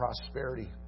prosperity